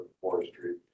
forestry